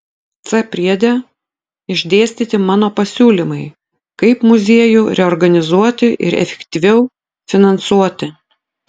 c priede išdėstyti mano pasiūlymai kaip muziejų reorganizuoti ir efektyviau finansuoti